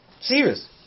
Serious